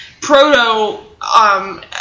proto